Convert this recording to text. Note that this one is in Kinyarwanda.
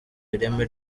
ireme